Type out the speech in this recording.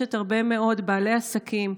פוגשת הרבה מאוד בעלי עסקים,